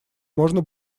можно